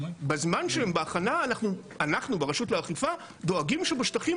בזמן שהן בהכנה אנחנו ברשות לאכיפה דואגים שבשטחים